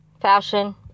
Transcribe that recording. fashion